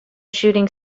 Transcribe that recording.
shooting